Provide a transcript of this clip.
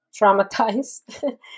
traumatized